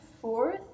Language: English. fourth